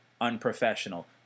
unprofessional